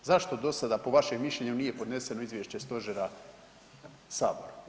Zašto do sada po vašem mišljenju nije podneseno izvješće stožera saboru?